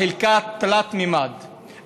חלקה תלת-ממדית,